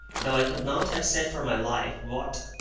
though i could not have said for my life what.